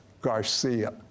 Garcia